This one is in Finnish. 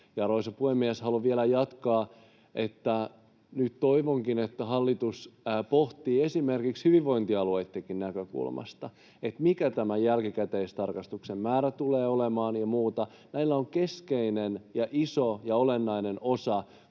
Arvoisa puhemies! Haluan vielä jatkaa, että nyt toivonkin, että hallitus pohtii esimerkiksi hyvinvointialueittenkin näkökulmasta, mikä tämän jälkikäteistarkastuksen määrä tulee olemaan ja muuta. Näillä on keskeinen ja iso ja olennainen osa,